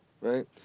right